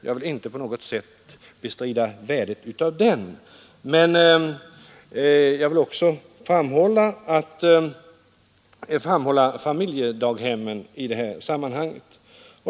Jag vill inte på något sätt bestrida värdet av den, men jag vill i detta sammanhang också framhålla familjedaghemmens betydelse.